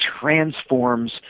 transforms